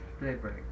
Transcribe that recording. Daybreak